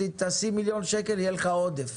אם תשים מיליון שקל יהיה לך עודף.